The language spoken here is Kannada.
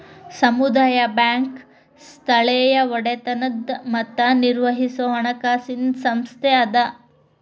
ಸಮುದಾಯ ಬ್ಯಾಂಕ್ ಸ್ಥಳೇಯ ಒಡೆತನದ್ ಮತ್ತ ನಿರ್ವಹಿಸೊ ಹಣಕಾಸಿನ್ ಸಂಸ್ಥೆ ಅದ